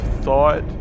thought